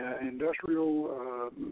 industrial